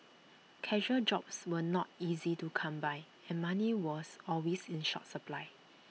casual jobs were not easy to come by and money was always in short supply